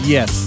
Yes